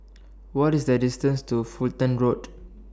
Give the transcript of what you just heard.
What IS The distance to Fulton Road